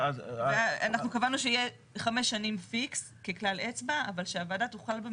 קבענו שיהיו חמש שנים והוועדה תוכל לקבוע